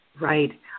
Right